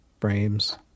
frames